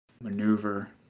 maneuver